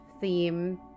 theme